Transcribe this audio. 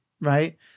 Right